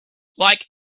like